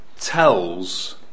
tells